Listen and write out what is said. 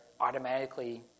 automatically